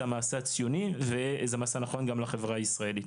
זה המעשה הציוני וזה מעשה נכון גם לחברה הישראלית.